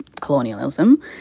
colonialism